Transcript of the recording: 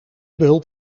behulp